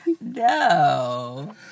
No